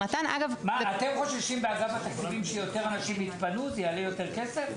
אתם חוששים באגף התקציבים שיותר אנשים יתפנו וזה יעלה יותר כסף?